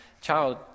child